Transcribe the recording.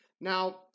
Now